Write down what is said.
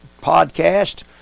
podcast